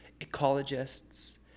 ecologists